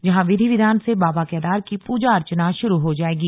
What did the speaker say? जहां विधि विधान से बाबा केदार की पूजा अर्चना शुरू हो जायेगी